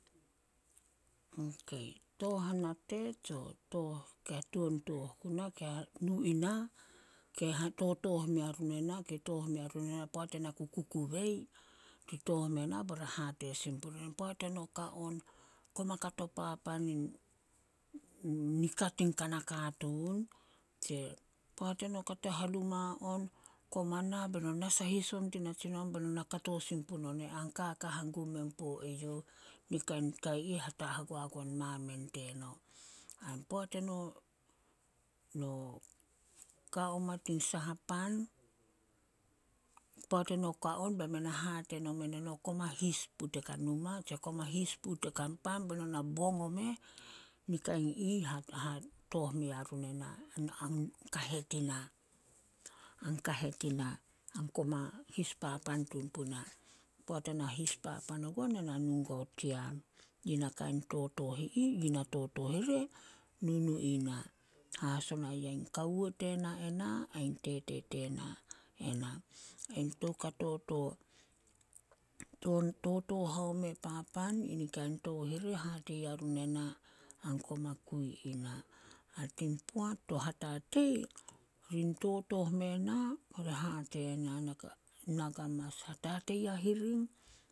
Tooh hanate tsio tooh kai tuan tooh guna, kai nu i na, ke hatotooh mearun ena- ke tooh mearun ena poat ena ku kukubei. Ri tooh mena bae run hate sin puri eh, poat eno ka on, koma kato papan in nika tin kana katuun. Tse poat eno kate hanuma on, koma nah be no na sahis on tin natsinon be no na kato sin pune eh an kaka hangum men puo eyouh. Ni kain ka i ih hagoagon mamen teno. Poat eno- no kao ma tin saha pan, poat eno ka on bae men e hate nomen eno, koma his pu tein ka numa tse koma his pu tin kan pan be no na bong omeh. Nikai ih tooh mea run ena kahet ina- an kahet ina. An koma his papan tun puna. Poat ena his papan oguo, ne na nu guao team. Yi na kain totooh i ih, yina totooh ire nunu ina. Hahasona in kawo tena ena ain tete tena ena. Ain toukato to, tooh haome papan, yina kain tooh ire, hate yarun ena, an koma kui ina. A tin poat to hatatei, totooh mena, ri hate na naka- naka mas hatatei hahiring,